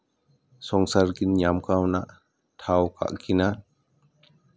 ᱥᱚᱝᱥᱟᱨ ᱠᱤᱱ ᱧᱟᱢ ᱠᱟᱣᱱᱟ ᱴᱷᱟᱶ ᱠᱟᱜ ᱠᱤᱱᱟ